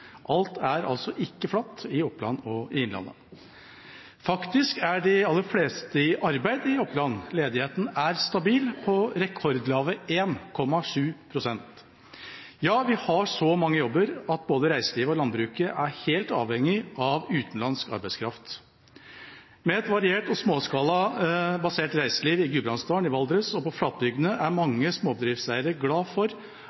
Alt er altså ikke flatt i Oppland og innlandet. Faktisk er de aller fleste i arbeid i Oppland. Ledigheten er stabil – på rekordlave 1,7 pst. Ja, vi har så mange jobber at både reiselivet og landbruket er helt avhengig av utenlandsk arbeidskraft. Med et variert og småskalabasert reiseliv i Gudbrandsdalen, i Valdres og på flatbygdene er mange småbedriftseiere glad for